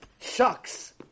Shucks